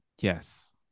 Yes